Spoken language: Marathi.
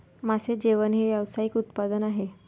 मासे जेवण हे व्यावसायिक उत्पादन आहे